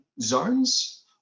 zones